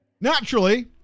Naturally